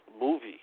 movie